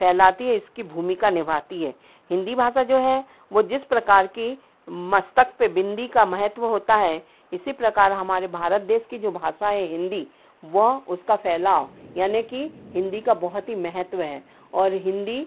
फैलाती है इसकी भूमिका निभाती है हिन्दी भाषा जो है वो जिस प्रकार की मस्तक पे बिंदी का महत्व होता है इसी प्रकार हमारे भारत देश की जो भाषा है हिन्दी वह उसका फ़ैलाव यानी कि हिन्दी का बहुत ही महत्व है और हिन्दी